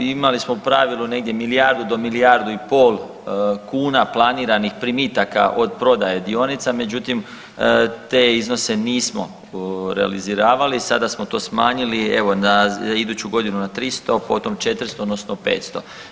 Imali smo u pravilu negdje milijardu do milijardu i pol kuna planiranih primitaka od prodaje dionica, međutim, te iznose nismo realiziravali, sada smo to i smanjili, evo iduću godinu 300, potom 400 odnosno 500.